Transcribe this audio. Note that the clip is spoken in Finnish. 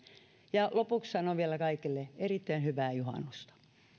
lopuksi sanon vielä kaikille erittäin hyvää juhannusta